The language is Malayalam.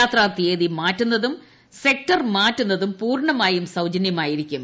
യാത്രാ തീയതി മാറ്റുന്നതും സെക്റ്റർ മാറ്റുന്നതും പൂർണ്ണമായും സൌജന്യമായിരിക്കും